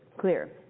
clear